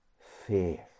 faith